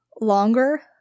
longer